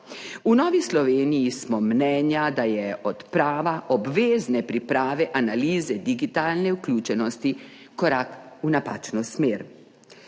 V Novi Sloveniji smo mnenja, da je odprava obvezne priprave analize digitalne vključenosti korak v napačno smer.